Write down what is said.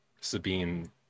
Sabine